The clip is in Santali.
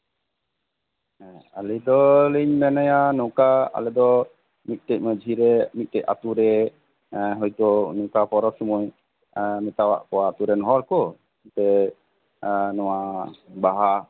ᱦᱮᱸ ᱟᱞᱤᱧ ᱫᱚᱞᱤᱧ ᱢᱚᱱᱮᱭᱟ ᱱᱚᱝᱠᱟ ᱟᱞᱮ ᱫᱚ ᱢᱤᱫᱴᱮᱡ ᱢᱟᱡᱷᱤ ᱨᱮ ᱢᱤᱫᱴᱮᱡ ᱟᱛᱩ ᱨᱮ ᱮᱸ ᱦᱚᱭᱛᱳ ᱱᱚᱝᱠᱟ ᱯᱚᱨᱚᱵ ᱥᱚᱢᱚᱭ ᱮᱸᱜ ᱢᱮᱛᱟᱣᱟᱜ ᱠᱚᱣᱟ ᱟᱛᱩᱨᱮᱱ ᱦᱚᱲ ᱠᱚ ᱡᱮ ᱮᱸᱜ ᱱᱚᱣᱟ ᱵᱟᱦᱟ